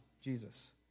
Jesus